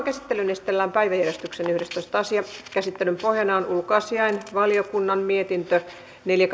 käsittelyyn esitellään päiväjärjestyksen yhdestoista asia käsittelyn pohjana on ulkoasiainvaliokunnan mietintö neljä